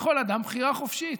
לכל אדם בחירה חופשית.